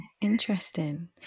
interesting